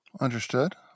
Understood